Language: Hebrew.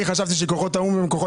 השלום.